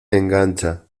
engancha